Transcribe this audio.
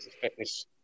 fitness